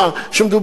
מה יש לה עם אסיר?